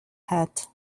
head